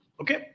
okay